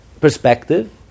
perspective